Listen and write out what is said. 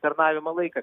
tarnavimo laiką